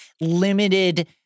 limited